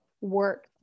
work